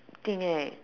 think right